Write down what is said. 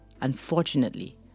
unfortunately